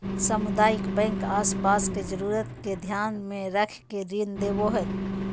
सामुदायिक बैंक आस पास के जरूरत के ध्यान मे रख के ऋण देवो हय